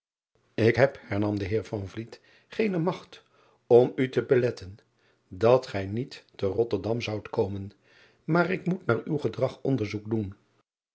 k heb hernam de eer geene magt om u te beletten dat gij niet te otterdam zoudt komen aar ik moet naar uw gedrag onderzoek doen